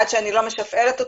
עד שאני לא משפעלת אותו,